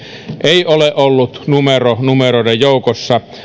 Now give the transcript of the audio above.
ei ole ollut numero numeroiden joukossa